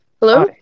Hello